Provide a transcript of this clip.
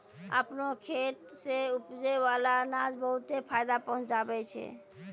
आपनो खेत सें उपजै बाला अनाज बहुते फायदा पहुँचावै छै